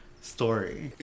story